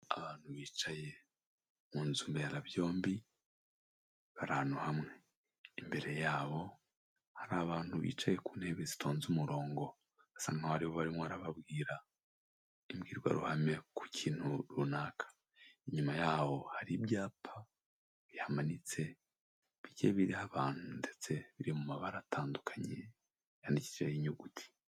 Abantu bicaye mu nzu mberabyombi bari ahantu hamwe, imbere yabo hari abantu bicaye ku ntebe zitonze umurongo, bisa nk'aho barimo barababwira imbwirwaruhame ku kintu runaka, inyuma y'aho hari ibyapa bihamanitse bigiye biriho abantu ndetse biri mu mabara atandukanye yandikishijeho inyuguti.